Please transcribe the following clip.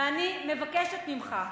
ואני מבקשת ממך,